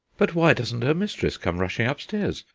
but why doesn't her mistress come rushing upstairs?